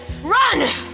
Run